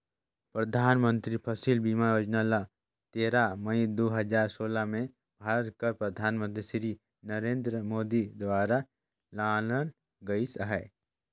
परधानमंतरी फसिल बीमा योजना ल तेरा मई दू हजार सोला में भारत कर परधानमंतरी सिरी नरेन्द मोदी दुवारा लानल गइस अहे